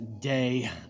day